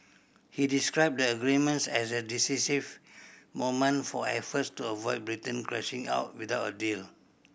he described the agreements as a decisive moment for efforts to avoid Britain crashing out without a deal